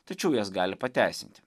tačiau jas gali pateisinti